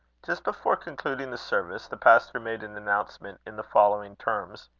just before concluding the service, the pastor made an announcement in the following terms